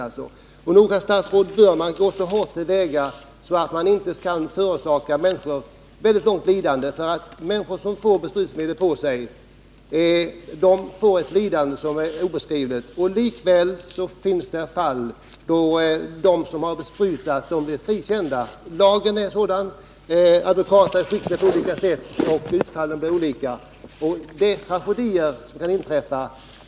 Nog har statsrådet fullmakt att gå så hårt till väga att människor inte får bekämpningsmedel på sig och därmed tvingas utstå ett obeskrivligt lidande. Likväl finns det fall då de som har besprutat mark blivit frikända. Lagen är sådan. Advokaterna är skickliga på olika sätt, och det blir olika utfall. Tragedier kan inträffa.